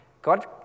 God